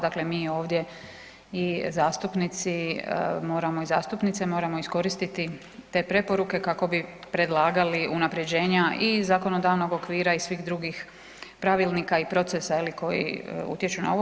Dakle, mi ovdje zastupnici i zastupnice moramo iskoristiti te preporuke kako bi predlagali unapređenja i zakonodavnog okvira i svih drugih pravilnika i procesa koji utječu na ovo.